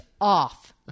off